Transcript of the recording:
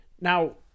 Now